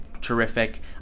terrific